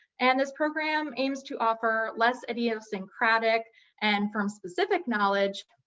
and this program aims to offer less idiosyncratic and firm-specific knowledge,